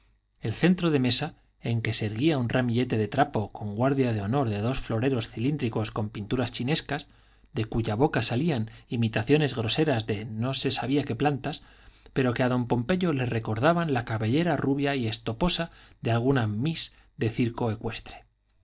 el centro de mesa en que se erguía un ramillete de trapo con guardia de honor de dos floreros cilíndricos con pinturas chinescas de cuya boca salían imitaciones groseras de no se sabía qué plantas pero que a don pompeyo le recordaban la cabellera rubia y estoposa de alguna miss de circo ecuestre